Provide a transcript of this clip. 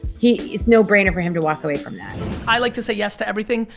he is no brainer for him to walk away from i like to say yes to everything,